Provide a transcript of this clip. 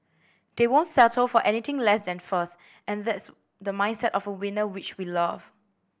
they won't settle for anything less than first and that's the mindset of a winner which we love